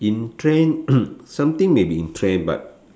in trend something may be in trend but